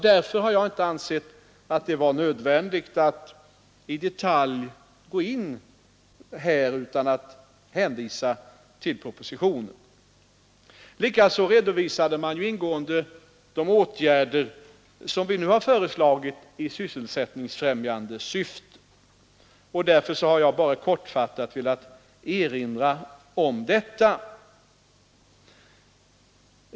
Därför har jag inte ansett det vara nödvändigt att nu i detalj gå in på detta, utan jag har hänvisat till propositionen. Likaså har det ingående redovisats vilka åtgärder vi föreslagit i sysselsättningsfrämjande syfte, och därför har jag endast kortfattat erinrat om detta.